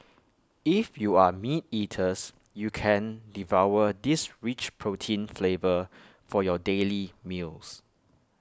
if you are meat eaters you can devour this rich protein flavor for your daily meals